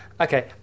Okay